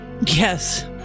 Yes